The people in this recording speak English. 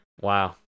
Wow